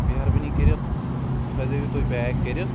مہربٲنی کٔرِتھ تھایزیو یہِ تُہۍ پیک کٔرِتھ